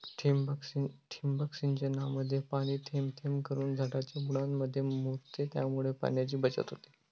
ठिबक सिंचनामध्ये पाणी थेंब थेंब करून झाडाच्या मुळांमध्ये मुरते, त्यामुळे पाण्याची बचत होते